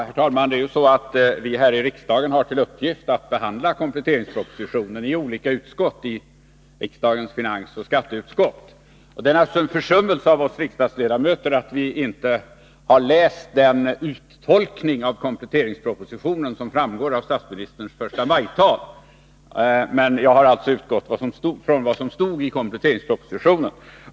Herr talman! Det är så att vi här i riksdagen har till uppgift att behandla kompletteringspropositionen i olika utskott, i riksdagens finansoch skatteutskott. Det är naturligtvis en försummelse av oss riksdagsledamöter att vi inte har läst den uttolkning av kompletteringspropositionen som framgår av statsministerns förstamajtal. Men jag har utgått från vad som står i kompletteringspropositionen.